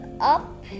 up